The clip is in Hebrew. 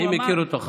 אני מכיר אותו.